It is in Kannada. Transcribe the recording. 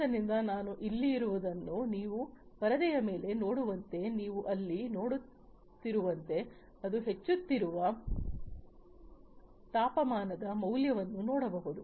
ಆದ್ದರಿಂದ ನಾನು ಇಲ್ಲಿರುವುದನ್ನು ನೀವು ಪರದೆಯ ಮೇಲೆ ನೋಡುವಂತೆ ನೀವು ಇಲ್ಲಿ ನೋಡುತ್ತಿರುವಂತೆ ಅದು ಹೆಚ್ಚುತ್ತಿರುವ ತಾಪಮಾನದ ಮೌಲ್ಯವನ್ನು ನೋಡಬಹುದು